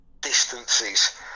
distances